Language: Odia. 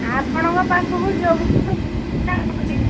ଆପଣଙ୍କ ପାଖକୁ